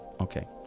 Okay